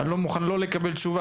אבל אני לא מוכן לא לקבל תשובה.